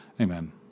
Amen